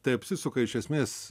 tai apsisuka iš esmės